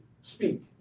speak